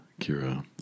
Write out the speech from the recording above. Kira